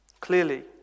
Clearly